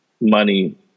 money